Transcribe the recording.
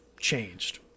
changed